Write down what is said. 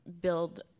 build